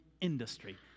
industry